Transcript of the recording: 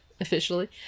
officially